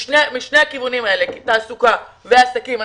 משני הכיוונים האלה תעסוקה ועסקים.